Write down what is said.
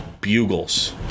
bugles